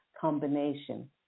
combination